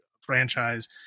franchise